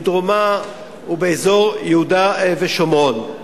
בדרומה ויהודה ושומרון.